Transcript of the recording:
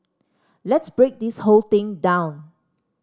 let's break this whole thing down